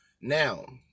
Now